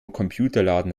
computerladen